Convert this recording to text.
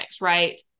right